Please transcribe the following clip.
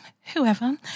whoever